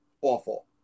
Awful